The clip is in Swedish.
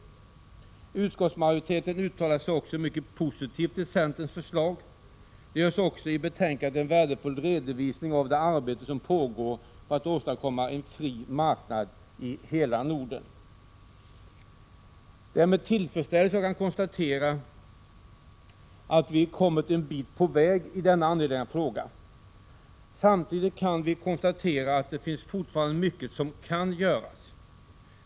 Utskottsmajoriteten uttalar sig också mycket positivt om centerns förslag. Det görs också i betänkandet en värdefull redovisning av det arbete som pågår för att åstadkomma en fri marknad i hela Norden. Det är med tillfredsställelse jag kan konstatera att vi kommit en bit på väg i denna angelägna fråga. Samtidigt kan vi konstatera att det fortfarande finns mycket att göra.